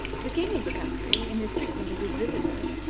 the king of the country, in his treatment of his visitor,